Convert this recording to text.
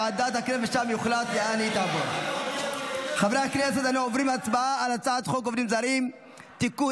אני קובע כי הצעת חוק עובדים זרים (תיקון,